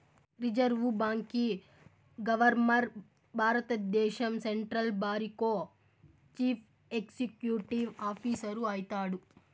reserve బాంకీ governor భారద్దేశం central బారికో చీఫ్ ఎక్సిక్యూటివ్ ఆఫీసరు అయితాడు